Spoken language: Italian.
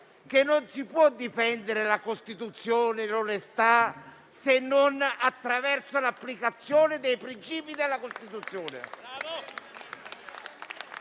che non si può difendere la Costituzione e l'onestà se non attraverso l'applicazione dei principi della Costituzione.